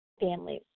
families